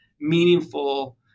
meaningful